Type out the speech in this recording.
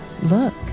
Look